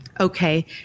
Okay